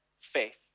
faith